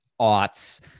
aughts